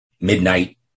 midnight